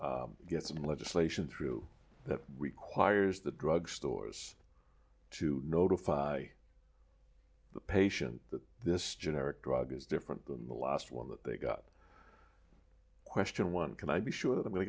get some legislation through requires the drug stores to notify the patient that this generic drug is different than the last one that they got question one can i be sure that